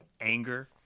anger